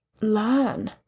learn